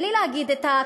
בלי להגיד,